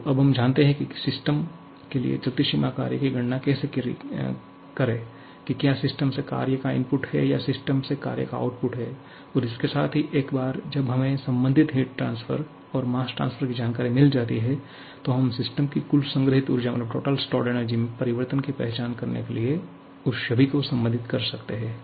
तो अब हम जानते हैं कि किसी सिस्टम के लिए चलती सीमा कार्य की गणना कैसे करें कि क्या सिस्टम से कार्य का इनपुट है या सिस्टम से कार्य का आउटपुट है और इसके साथ ही एक बार जब हमें संबंधित हीट ट्रांसफर और मास ट्रांसफर की जानकारी मिल जाती है तो हम सिस्टम की कुल संग्रहीत ऊर्जा में परिवर्तन की पहचान करने के लिए उस सभी को संबंधित कर सकते हैं